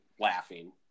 laughing